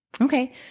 Okay